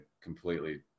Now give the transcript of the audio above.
completely